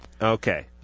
Okay